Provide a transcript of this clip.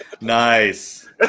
Nice